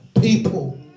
people